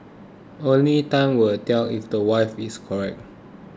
only time will tell if the wife is correct